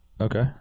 Okay